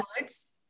words